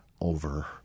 over